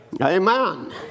Amen